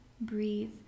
breathe